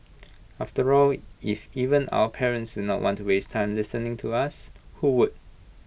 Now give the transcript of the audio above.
after all if even our parents do not want to waste time listening to us who would